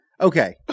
Okay